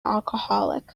alcoholic